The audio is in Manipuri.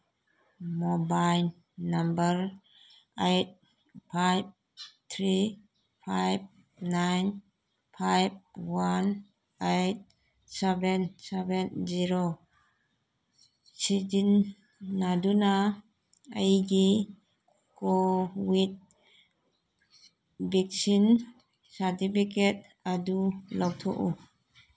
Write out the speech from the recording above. mobile number eight five three five nine five one eight seven seven zero ꯁꯤꯖꯤꯟꯅꯗꯨꯅ ꯑꯩꯒꯤ ꯀꯣꯋꯤꯠ ꯚꯦꯛꯁꯤꯟ ꯁꯥꯔꯇꯤꯐꯤꯀꯦꯠ ꯑꯗꯨ ꯂꯧꯊꯣꯛꯎ